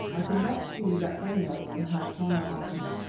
i could not see that any of them had firearms.